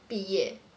毕业